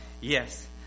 yes